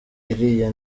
iriya